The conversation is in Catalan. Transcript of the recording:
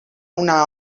una